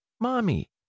Mommy